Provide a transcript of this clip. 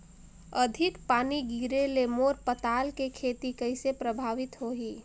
अधिक पानी गिरे ले मोर पताल के खेती कइसे प्रभावित होही?